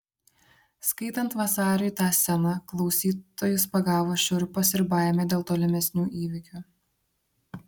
skaitant vasariui tą sceną klausytojus pagavo šiurpas ir baimė dėl tolimesnių įvykių